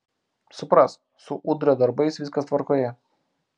suprask su udrio darbais viskas tvarkoje